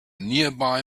nearby